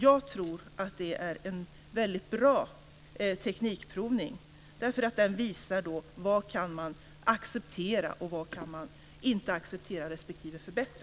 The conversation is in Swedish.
Jag tror att det är en väldigt bra teknikprovning därför att den visar vad man kan acceptera och inte acceptera respektive förbättra.